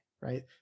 right